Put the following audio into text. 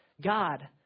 God